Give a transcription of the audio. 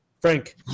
Frank